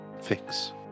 ...fix